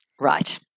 right